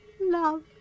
Love